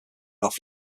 off